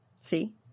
See